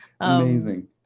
Amazing